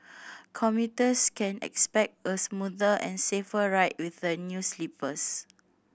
commuters can expect a smoother and safer ride with the new sleepers